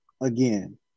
again